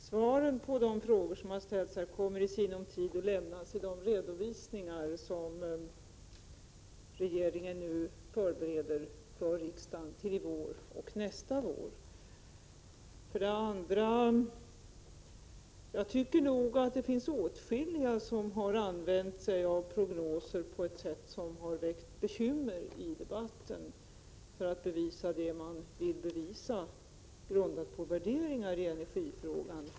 Fru talman! Svaren på de frågor som har ställts här kommer i sinom tid att lämnas i de redovisningar som regeringen nu förbereder för riksdagen till i vår och till nästa vår. Jag tycker nog att det finns åtskilliga som har använt sig av prognoser i debatten på ett sätt som har väckt bekymmer, för att bevisa det man vill bevisa, grundat på värderingar i energifrågan.